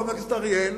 חבר הכנסת אריאל,